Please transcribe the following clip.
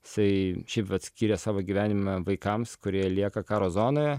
jisai šiaip vat skyrė savo gyvenimą vaikams kurie lieka karo zonoje